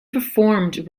performed